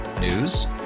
News